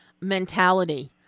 mentality